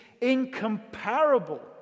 incomparable